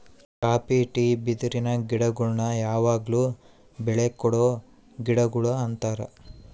copy tea ಬಿದಿರಿನ ಗಿಡಗುಳ್ನ ಯಾವಗ್ಲು ಬೆಳೆ ಕೊಡೊ ಗಿಡಗುಳು ಅಂತಾರ